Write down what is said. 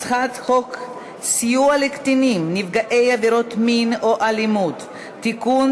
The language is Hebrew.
הצעת חוק סיוע לקטינים נפגעי עבירות מין או אלימות (תיקון,